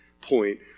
point